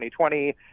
2020